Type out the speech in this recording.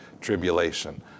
Tribulation